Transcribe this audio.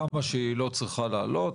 כמה שהיא לא צריכה לעלות,